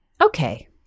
okay